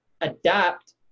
adapt